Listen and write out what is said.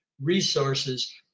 resources